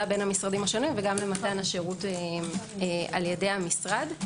בין המשרדים השונים וגם למתן השירות על ידי המשרד.